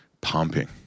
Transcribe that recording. pumping